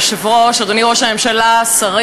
מ-10,000 שקלים